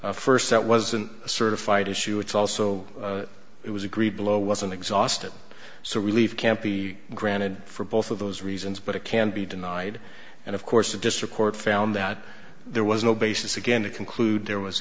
agreement first that wasn't certified issue it's also it was agreed below wasn't exhausted so relief can't be granted for both of those reasons but it can be denied and of course the district court found that there was no basis again to conclude there was